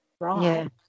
right